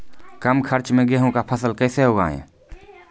कम खर्च मे गेहूँ का फसल कैसे उगाएं?